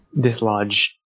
dislodge